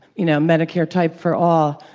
you know, medicare type for all,